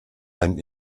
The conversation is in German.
einen